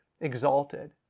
exalted